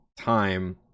time